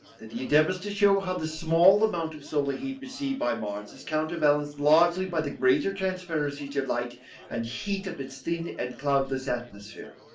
that he endeavours to show how the small amount of solar heat received by mars is counterbalanced, largely by the greater transparency to light and heat of its thin and cloudless atmosphere,